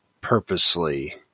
purposely